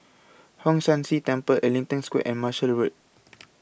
Hong San See Temple Ellington Square and Marshall Road